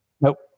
Nope